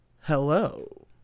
hello